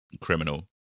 criminal